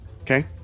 Okay